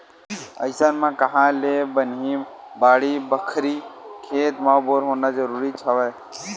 अइसन म काँहा ले बनही बाड़ी बखरी, खेत म बोर होना जरुरीच हवय